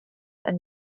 and